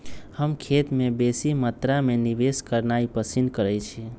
हम खेत में बेशी मत्रा में निवेश करनाइ पसिन करइछी